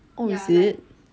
oh is it